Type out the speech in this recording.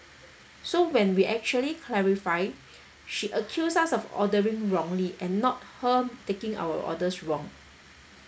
so when we actually clarify she accused us of ordering wrongly and not her taking our orders wrong